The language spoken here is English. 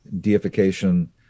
deification